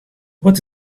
what